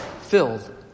filled